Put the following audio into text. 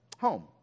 Home